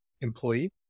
employee